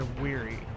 weary